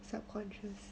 subconscious